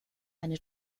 eine